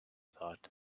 thought